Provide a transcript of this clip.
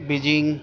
Beijing